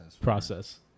process